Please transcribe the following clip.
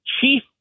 chief